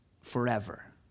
forever